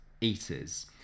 eaters